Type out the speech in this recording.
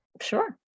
Sure